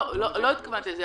לא התכוונתי לזה.